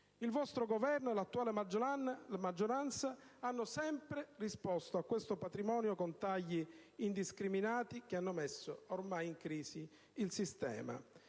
Il vostro Governo e l'attuale maggioranza hanno sempre risposto a questo patrimonio con tagli indiscriminati che hanno messo ormai in crisi il sistema.